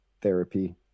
therapy